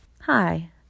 Hi